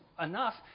enough